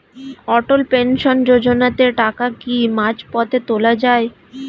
অটল pension যোজনাতে টাকা কি মাঝপথে তোলা যায়?